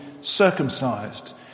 circumcised